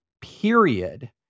period